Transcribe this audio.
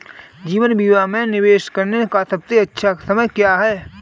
जीवन बीमा में निवेश करने का सबसे अच्छा समय क्या है?